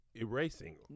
erasing